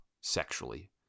sexually